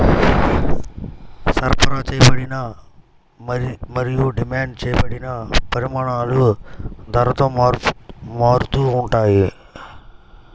సరఫరా చేయబడిన మరియు డిమాండ్ చేయబడిన పరిమాణాలు ధరతో మారుతూ ఉంటాయి